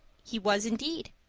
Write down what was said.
he was, indeed.